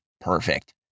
perfect